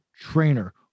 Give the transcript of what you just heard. trainer